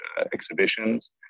exhibitions